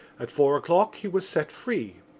at four o'clock he was set free.